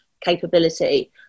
capability